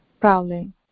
prowling